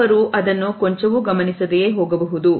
ಕೆಲವರು ಅದನ್ನು ಕೊಂಚವು ಗಮನಿಸದೆ ಹೋಗಬಹುದು